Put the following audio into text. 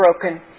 broken